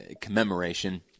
commemoration